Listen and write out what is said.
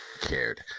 cared